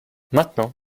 maintenant